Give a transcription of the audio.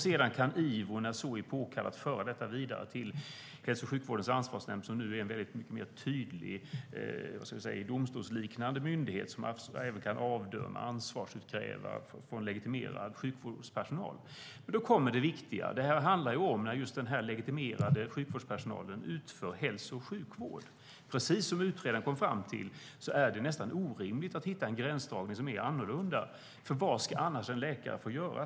Sedan kan Ivo när så är påkallat föra detta vidare till Hälso och sjukvårdens ansvarsnämnd, som nu är en mycket tydligare och mer domstolsliknande myndighet som även kan avdöma och ansvarsutkräva legitimerad sjukvårdspersonal. Då kommer det viktiga. Det här handlar ju om när just den här legitimerade sjukvårdspersonalen utför hälso och sjukvård. Precis som utredaren kom fram till är det nästan orimligt att hitta en gränsdragning som är annorlunda, för vad ska annars en läkare få göra?